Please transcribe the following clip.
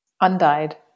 Undyed